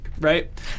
Right